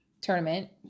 tournament